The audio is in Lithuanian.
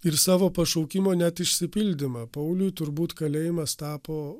ir savo pašaukimo net išsipildymą pauliui turbūt kalėjimas tapo